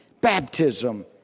Baptism